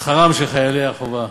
שכרם של חיילי החובה,